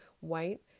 white